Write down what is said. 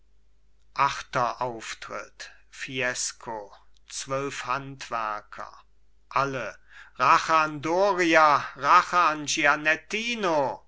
achter auftritt fiesco zwölf handwerker alle rache an doria rache an